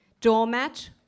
doormat